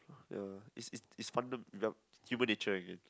ya it's it's it's funda~ human nature again